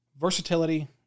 versatility